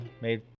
made